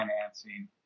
financing